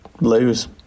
lose